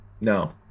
No